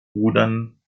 rudern